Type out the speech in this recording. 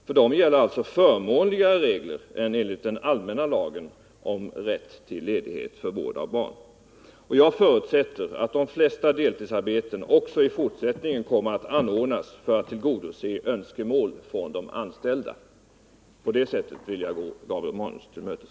För dem gäller alltså förmånligare regler än enligt den allmänna lagen om rätt till ledighet för vård av barn. Jag förutsätter att de flesta deltidsarbeten också i fortsättningen kommer att anordnas för att tillgodose önskemål från de anställda. På det sättet vill jag gå Gabriel Romanus till mötes.